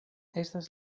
estas